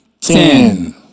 ten